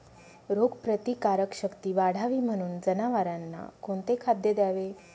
रोगप्रतिकारक शक्ती वाढावी म्हणून जनावरांना कोणते खाद्य द्यावे?